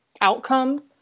outcome